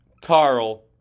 Carl